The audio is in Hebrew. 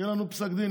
יהיה לנו פסק דין,